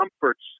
comforts